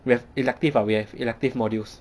we have elective ah we have elective modules